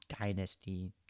dynasty